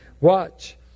Watch